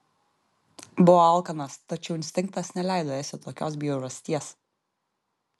buvo alkanas tačiau instinktas neleido ėsti tokios bjaurasties